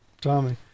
Tommy